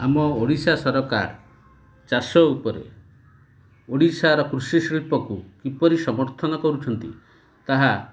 ଆମ ଓଡ଼ିଶା ସରକାର ଚାଷ ଉପରେ ଓଡ଼ିଶାର କୃଷି ଶିଳ୍ପକୁ କିପରି ସମର୍ଥନ କରୁଛନ୍ତି ତାହା